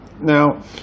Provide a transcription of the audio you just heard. now